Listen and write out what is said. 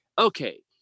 okay